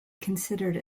considered